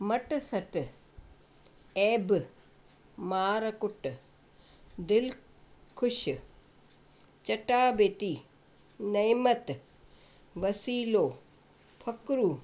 मटे सटे एब मार कुट दिलख़ुशि चटाभेटी नएमत बसिलो फ़क़्रु